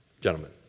gentlemen